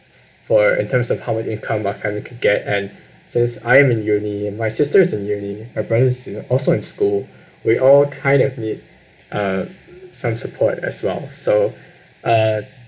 for in terms of how income can get and since I'm in uni and my sisters in uni our brother and sister also in school we all kind of need uh some support as well so uh